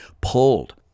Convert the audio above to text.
pulled